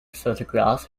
photograph